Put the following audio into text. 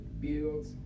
builds